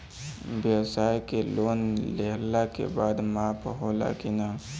ब्यवसाय के लोन लेहला के बाद माफ़ होला की ना?